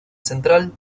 central